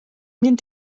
mynd